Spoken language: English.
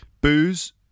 Booze